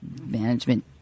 management